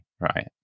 Right